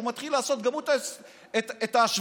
הוא מתחיל לעשות גם הוא את ההשוואות.